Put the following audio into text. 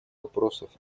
вопросов